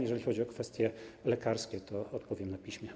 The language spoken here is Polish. Jeżeli chodzi o kwestie lekarskie, to odpowiem na piśmie.